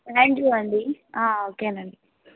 thank you అండి ఓకేనండి